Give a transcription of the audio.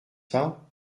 pas